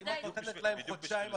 אם את נותנת להם חודשיים,